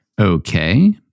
Okay